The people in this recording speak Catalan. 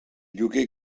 lloguer